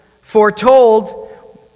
foretold